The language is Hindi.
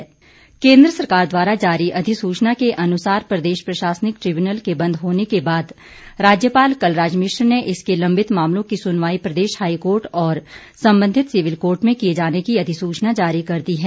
ट्रिब्यूनल केन्द्र सरकार द्वारा जारी अधिसूचना के अनुसार प्रदेश प्रशासनिक ट्रिब्यूनल के बंद होने के बाद राज्यपाल कलराज मिश्र ने इसके लंबित मामलों की सुनवाई प्रदेश हाईकोर्ट और संबंधित सिविल कोर्ट में किए जाने की अधिसूचना जारी कर दी है